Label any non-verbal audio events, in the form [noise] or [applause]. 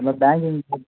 அந்த பேங்கிங் [unintelligible]